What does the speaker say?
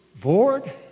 Bored